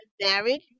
marriage